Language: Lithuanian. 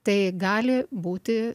tai gali būti